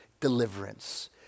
deliverance